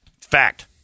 Fact